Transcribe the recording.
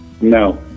No